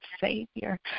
Savior